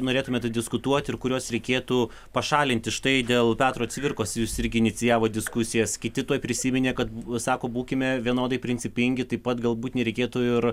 norėtumėt diskutuot ir kuriuos reikėtų pašalinti štai dėl petro cvirkos jūs irgi inicijavot diskusijas kiti tuoj prisiminė kad sako būkime vienodai principingi taip pat galbūt nereikėtų ir